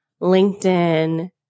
LinkedIn